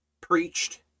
preached